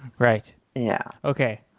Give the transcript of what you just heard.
right. yeah okay.